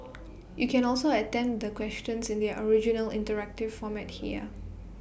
you can also attempt the questions in their original interactive format here